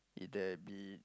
either be